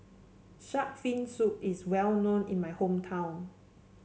shark fin soup is well known in my hometown